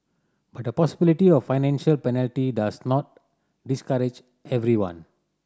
but the possibility of financial penalty does not discourage everyone